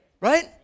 Right